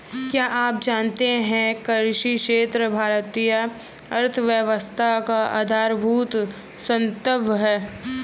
क्या आप जानते है कृषि क्षेत्र भारतीय अर्थव्यवस्था का आधारभूत स्तंभ है?